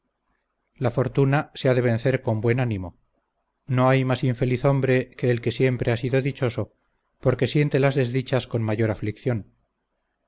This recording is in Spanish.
la fortuna se ha de vencer con buen ánimo no hay más infeliz hombre que el que siempre ha sido dichoso porque siente las desdichas con mayor aflicción